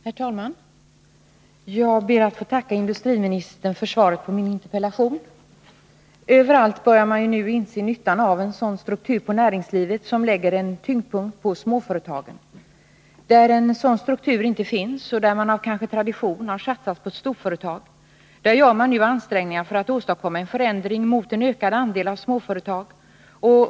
Herr talman! Jag ber att få tacka industriministern för svaret på min interpellation. Överallt börjar man nu inse nyttan av en sådan struktur på näringslivet som lägger tyngdpunkten på småföretagen. Där en sådan struktur inte finns och där man kanske av tradition har satsat på ett storföretag gör man nu ansträngningar för att åstadkomma en förändring mot en ökad andel av småföretag.